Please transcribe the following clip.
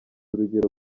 urugero